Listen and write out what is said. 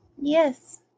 Yes